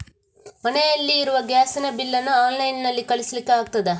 ಮನೆಯಲ್ಲಿ ಇರುವ ಗ್ಯಾಸ್ ನ ಬಿಲ್ ನ್ನು ಆನ್ಲೈನ್ ನಲ್ಲಿ ಕಳಿಸ್ಲಿಕ್ಕೆ ಆಗ್ತದಾ?